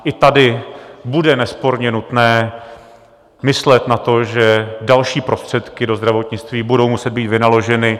I tady bude nesporně nutné myslet na to, že další prostředky do zdravotnictví budou muset být vynaloženy.